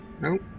Nope